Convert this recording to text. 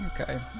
Okay